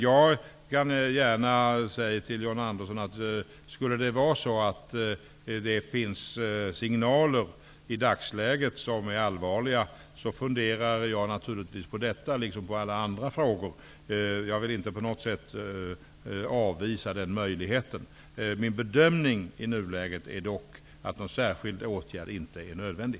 Jag skall gärna säga att jag naturligtvis skall fundera på denna fråga, liksom på alla andra frågor, om det finns allvarliga signaler. Jag vill inte på något sätt avvisa den möjligheten. Min bedömning i nuläget är dock att någon särskild åtgärd inte är nödvändig.